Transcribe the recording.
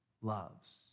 loves